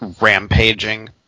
rampaging